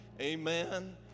Amen